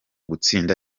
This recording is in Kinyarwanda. gutsinda